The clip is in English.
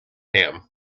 ham